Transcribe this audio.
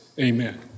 amen